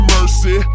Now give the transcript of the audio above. Mercy